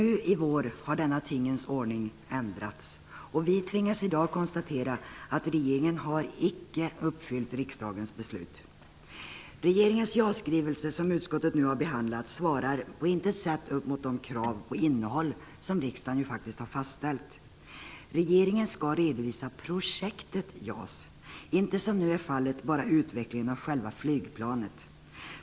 Nu i vår har denna tingens ordning ändrats. Vi tvingas i dag konstatera att regeringen icke har uppfyllt riksdagens beslut. Regeringens JAS-skrivelse, som utskottet nu har behandlat, svarar på intet sätt upp mot de krav på innehåll som riksdagen faktiskt har fastställt. Regeringen skall redovisa projektet JAS, inte som nu är fallet bara utvecklingen av själva flygplanet.